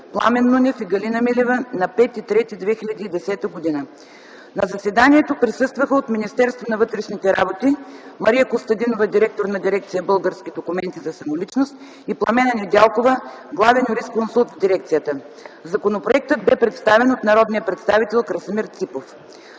Пламен Нунев и Галина Милева на 5 март 2010 г. На заседанието присъстваха от Министерството на вътрешните работи Мария Костадинова – директор на Дирекция „Български документи за самоличност”, и Пламена Недялкова – главен юрисконсулт в дирекцията Законопроектът бе представен от народния представител Красимир Ципов.